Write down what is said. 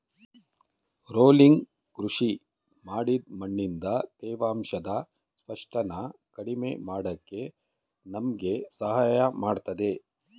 rolling ಕೃಷಿ ಮಾಡಿದ್ ಮಣ್ಣಿಂದ ತೇವಾಂಶದ ನಷ್ಟನ ಕಡಿಮೆ ಮಾಡಕೆ ನಮ್ಗೆ ಸಹಾಯ ಮಾಡ್ತದೆ